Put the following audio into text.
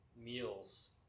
meals